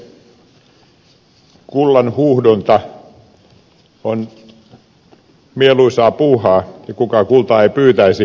kullanhuuhdonta on mieluisaa puuhaa ja kuka kultaa ei pyytäisi